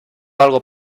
algo